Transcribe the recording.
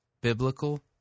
biblical